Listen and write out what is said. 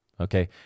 Okay